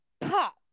Pop